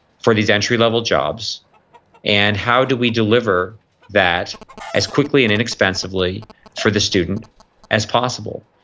for these entry level jobs and how do we deliver that as quickly and inexpensively for the student as possible,